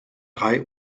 drei